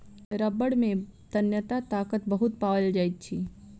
रबड़ में तन्यता ताकत बहुत पाओल जाइत अछि